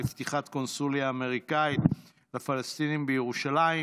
לפתיחת קונסוליה אמריקאית לפלסטינים בירושלים.